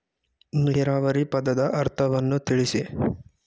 ನೀರಾವರಿ ಪದದ ಅರ್ಥವನ್ನು ತಿಳಿಸಿ?